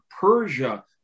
Persia